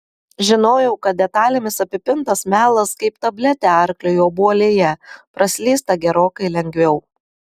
žinojau kad detalėmis apipintas melas kaip tabletė arkliui obuolyje praslysta gerokai lengviau